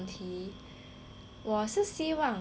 我是希望 err